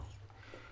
שיש לי לומר בעניין.